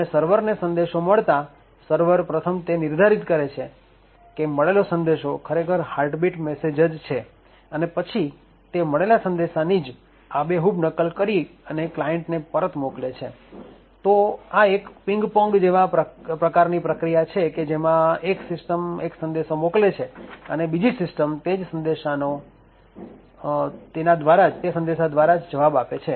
સર્વરને સંદેશો મળતા સર્વર પ્રથમ તે નિર્ધારિત કરે છે કે મળેલો સંદેશો ખરેખર "હાર્ટબીટ મેસેજ" જ છે અને પછી તે મળેલા સંદેશાની જ આબેહુબ નકલ કરીને ક્લાયન્ટને પરત મોકલે છે તો આ એક પીંગ પોંગ જેવા પ્રકારની પ્રક્રિયા છે કે જેમાં એક સિસ્ટમ એક સંદેશો મોકલે છે અને બીજી સિસ્ટમ તે જ સંદેશા દ્વારા તેનો જવાબ આપે છે